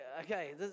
Okay